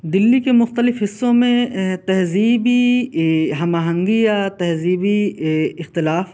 دلی کے مختلف حصوں میں تہذیبی ہم آہنگی یا تہذیبی اختلاف